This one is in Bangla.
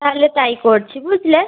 তাহলে তাই করছি বুঝলে